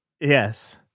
Yes